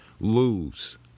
lose